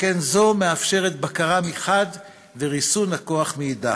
שכן זו מאפשרת בקרה מחד וריסון הכוח מאידך.